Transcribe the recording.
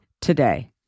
today